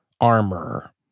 armor